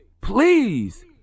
please